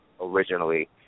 originally